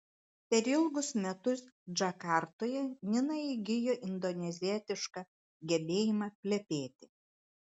per ilgus metus džakartoje nina įgijo indonezietišką gebėjimą plepėti